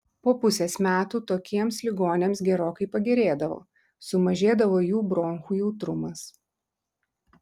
po pusės metų tokiems ligoniams gerokai pagerėdavo sumažėdavo jų bronchų jautrumas